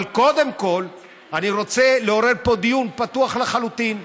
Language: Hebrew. אבל קודם כול אני רוצה לעורר פה דיון פתוח לחלוטין,